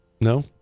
No